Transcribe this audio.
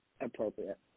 appropriate